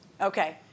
Okay